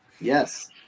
Yes